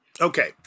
Okay